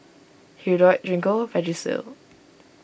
Hirudoid Gingko Vagisil